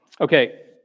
okay